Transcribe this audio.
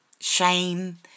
shame